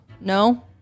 No